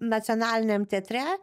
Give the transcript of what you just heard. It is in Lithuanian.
nacionaliniam teatre